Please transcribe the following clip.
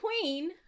queen